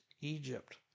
Egypt